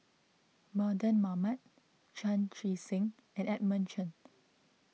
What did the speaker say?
Mardan Mamat Chan Chee Seng and Edmund Chen